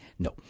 No